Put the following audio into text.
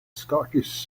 scottish